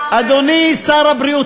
אדוני שר הבריאות,